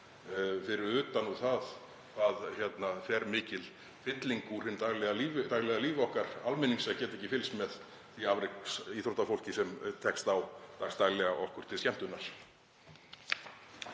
fyrir utan það hve mikil fylling fer úr hinu daglega lífi okkar almennings að geta ekki fylgst með því afreksíþróttafólki sem tekst á dagsdaglega okkur til skemmtunar.